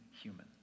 human